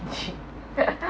kimchi